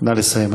נא לסיים.